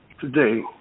today